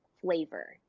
flavor